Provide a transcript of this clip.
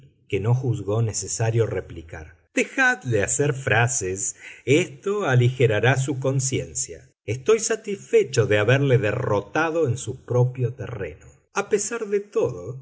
que no juzgó necesario replicar dejadle hacer frases esto aligerará su conciencia estoy satisfecho de haberle derrotado en su propio terreno a pesar de todo